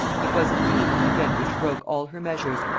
it was indeed an event which broke all her measures,